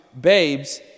babes